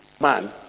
man